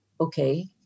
Okay